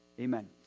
amen